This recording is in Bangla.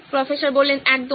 প্রফেসর একদম